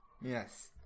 Yes